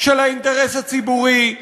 של האינטרס הציבורי,